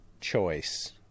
choice